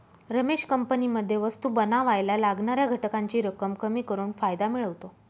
रमेश कंपनीमध्ये वस्तु बनावायला लागणाऱ्या घटकांची रक्कम कमी करून फायदा मिळवतो